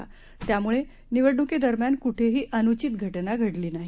हजार त्यामुळेनिवडणुकीदरम्यानकुठेहीअनुचितघटनाघडलीनाही